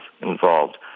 involved